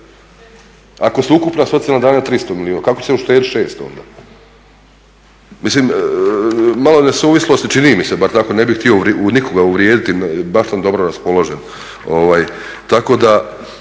Ako su ukupna socijalna davanja 300 milijuna, kako će uštedit 600 onda? Mislim malo nesuvislosti čini mi se, bar tako, ne bih htio nikoga uvrijediti. Baš sam dobro raspoložen, tako da